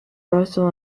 russell